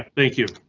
thank you